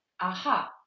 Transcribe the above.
Aha